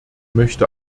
möchte